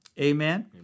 Amen